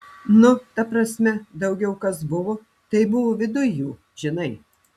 nu ta prasme daugiau kas buvo tai buvo viduj jų žinai